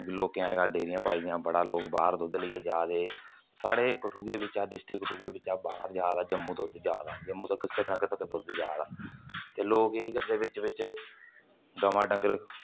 लोकें अज्जकल डेयरिया पाई दियां बड़ा लोक बाह्र दुद्ध लेइयै जंदे साढ़े कठुए बिच्चा डिस्ट्रिक्ट कठुए बिच्चा ओऐ जम्मू दुद्ध जा दा जम्मू तक श्रीनगर तकर दुद्ध जा दा ते लोक केह् करदे बिच्च बिच्च गवां डंगर